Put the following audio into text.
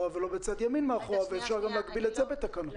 ולא בצד ימין מאחור ואפשר גם להגביל את זה בתקנות.